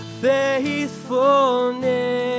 Faithfulness